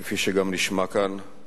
כפי שגם נשמע כאן,